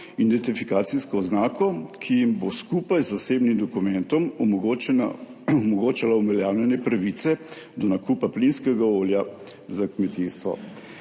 identifikacijsko oznako, ki jim bo skupaj z osebnim dokumentom omogočala uveljavljanje pravice do nakupa plinskega olja za kmetijstvo.